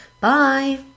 Bye